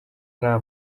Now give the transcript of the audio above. nta